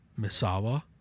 Misawa